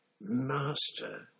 master